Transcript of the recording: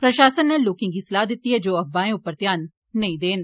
प्रशासन नै लोकें गी सलाह दिती ऐ जे ओ अफवाहें पर ध्यान नेंई देन